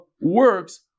works